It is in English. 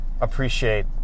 appreciate